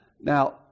Now